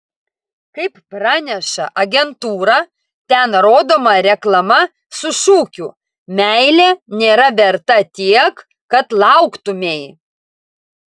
kaip praneša agentūra ten rodoma reklama su šūkiu meilė nėra verta tiek kad lauktumei